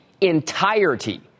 entirety